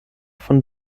von